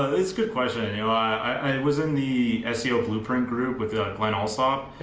ah it's good question. and you know i was in the seo blueprint group with client allsop.